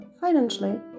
financially